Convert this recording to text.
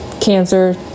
Cancer